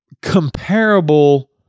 comparable